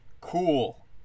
cool